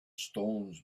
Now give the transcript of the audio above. stones